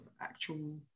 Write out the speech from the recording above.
actual